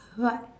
what